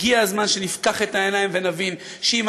הגיע הזמן שנפקח את העיניים ונבין שאם